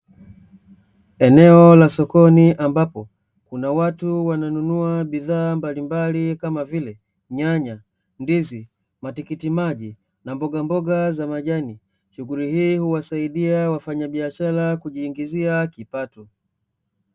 Eneo la sokoni ambapo kuna watu wananunua bidhaa mbalimbali kama vile nyanya, ndizi matikitimaji na mbogamboga za majani. Shughuli hii huwasaidia wafanyabiashara kujiingizia kipato.